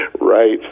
Right